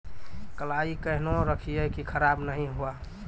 कलाई केहनो रखिए की खराब नहीं हुआ?